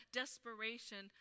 desperation